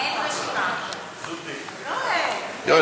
יואל,